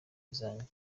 izanjye